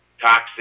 toxic